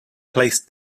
placed